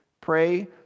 Pray